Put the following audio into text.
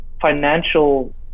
financial